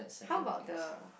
how about the